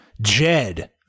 Jed